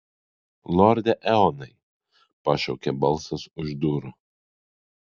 lorde eonai pašaukė balsas už durų